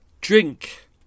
drink